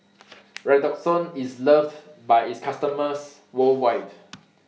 Redoxon IS loved By its customers worldwide